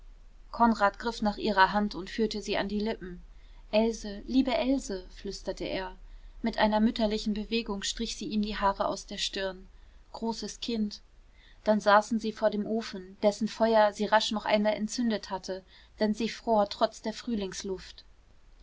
konrad griff nach ihrer hand und führte sie an die lippen else liebe else flüsterte er mit einer mütterlichen bewegung strich sie ihm die haare aus der stirn großes kind dann saßen sie vor dem ofen dessen feuer sie rasch noch einmal entzündet hatte denn sie fror trotz der frühlingsluft